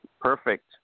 Perfect